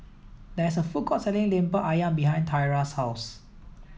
there is a food court selling Lemper Ayam behind Thyra's house